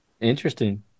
Interesting